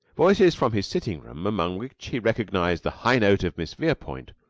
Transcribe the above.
voices from his sitting-room, among which he recognized the high note of miss verepoint,